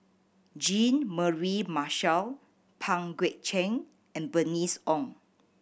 Jean Mary Marshall Pang Guek Cheng and Bernice Ong